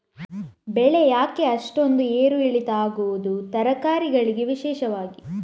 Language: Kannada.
ಬೆಳೆ ಯಾಕೆ ಅಷ್ಟೊಂದು ಏರು ಇಳಿತ ಆಗುವುದು, ತರಕಾರಿ ಗಳಿಗೆ ವಿಶೇಷವಾಗಿ?